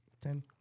ten